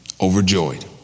Overjoyed